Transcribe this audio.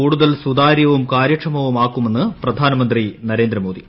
കൂടുതൽ സുതാര്യവും കാര്യക്ഷമവുമാക്കുമെന്ന് പ്രധാനമന്ത്രി നരേന്ദ്രമോദി